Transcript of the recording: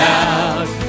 out